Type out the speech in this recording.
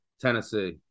Tennessee